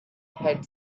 had